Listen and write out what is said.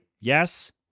Yes